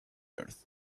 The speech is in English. earth